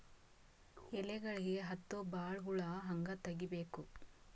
ಎಲೆಗಳಿಗೆ ಹತ್ತೋ ಬಹಳ ಹುಳ ಹಂಗ ತೆಗೀಬೆಕು?